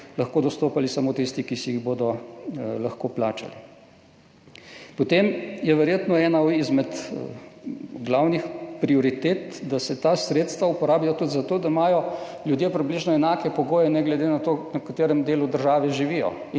lahko dostopali samo tisti, ki si jih bodo lahko plačali. Potem je verjetno ena izmed glavnih prioritet, da se ta sredstva uporabijo tudi za to, da imajo ljudje približno enake pogoje, ne glede na to, v katerem delu države živijo,